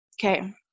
Okay